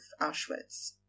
Auschwitz